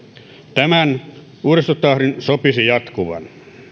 tämän uudistustahdin soisi jatkuvan